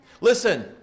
Listen